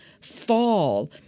fall